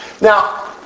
Now